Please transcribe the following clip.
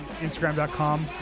Instagram.com